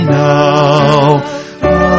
now